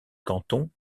canton